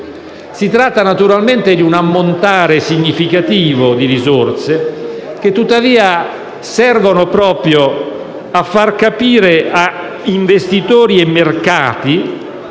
Si tratta naturalmente di un ammontare significativo di risorse, le quali tuttavia servono proprio a far capire a investitori e mercati